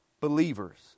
believers